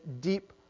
deep